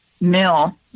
Mill